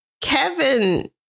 Kevin